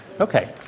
Okay